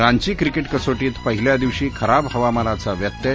Ranchi cricket कसोटीत पहिल्या दिवशी खराब हवामानाचा व्यत्यय